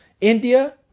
India